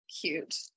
Cute